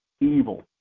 evil